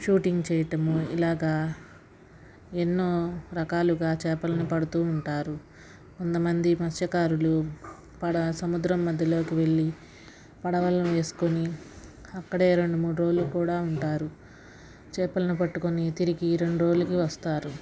shooting చేయటము ఇలాగా ఎన్నో రకాలుగా చేపలను పడుతూ ఉంటారు కొంతమంది మత్స్యకారులు పడ సముద్రం మధ్యలోకి వెళ్లి పడవలను వేసుకొని అక్కడే రెండు మూడు రోజులు కూడా ఉంటారు చేపలను పట్టుకుని తిరిగి రెండు రోజులకి వస్తారు